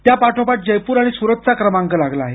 त्यापाठोपाठ जयपूर आणि सुरतचा क्रमांक लागला आहे